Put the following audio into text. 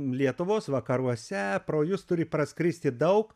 lietuvos vakaruose pro jus turi praskristi daug